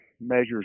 measures